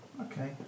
Okay